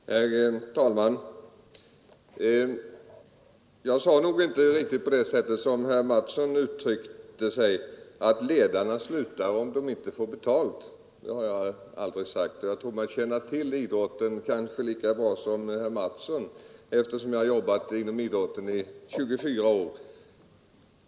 Herr talman! Jag uttryckte mig nog inte riktigt så som herr Mattsson i Lane-Herrestad tycks ha uppfattat det, nämligen att ledarna slutar om de inte får betalt. Det har jag aldrig sagt. Jag tror att jag känner till idrotten lika bra som herr Mattsson, eftersom jag har jobbat inom idrotten i 24 år.